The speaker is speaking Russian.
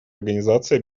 организации